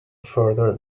further